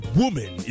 woman